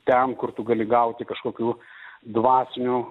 ten kur tu gali gauti kažkokių dvasinių